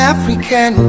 African